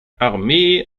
armee